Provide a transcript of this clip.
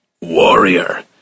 warrior